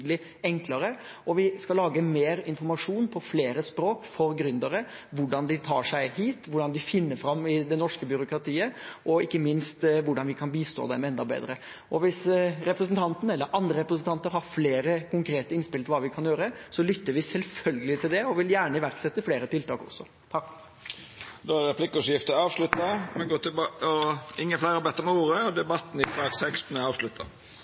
enklere, og vi skal lage mer informasjon på flere språk for gründere, om hvordan de tar seg hit, hvordan de finner fram i det norske byråkratiet, og ikke minst hvordan vi kan bistå dem enda bedre. Hvis representanten eller andre representanter har flere konkrete innspill til hva vi kan gjøre, lytter vi selvfølgelig til det og vil gjerne iverksette flere tiltak også. Replikkordskiftet er avslutta. Fleire har ikkje bedt om ordet til sak nr. 16. Etter ønske frå helse- og